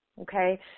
okay